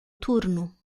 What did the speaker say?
turno